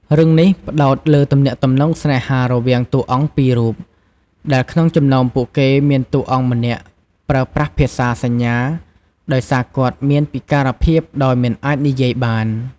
រឿងនេះផ្តោតលើទំនាក់ទំនងស្នេហារវាងតួអង្គពីររូប ដែលក្នុងចំណោមពួកគេមានតួរអង្គម្នាក់ប្រើប្រាស់ភាសាសញ្ញា ដោយសារគាត់មានពិការភាពដោយមិនអាចនិយាយបាន ។